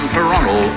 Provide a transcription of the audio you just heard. Toronto